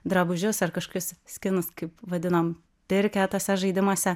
drabužius ar kažkas skinus kaip vadinam pirkę tuose žaidimuose